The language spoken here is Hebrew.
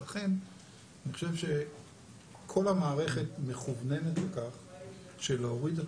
לכן אני חושב שכל המערכת מכווננת להוריד את